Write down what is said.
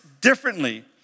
differently